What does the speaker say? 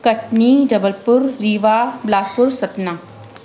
Katni Jabalpur Rewa Bilaspur Satna